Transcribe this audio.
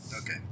Okay